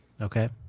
Okay